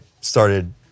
started